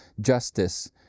justice